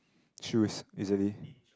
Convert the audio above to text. choose easily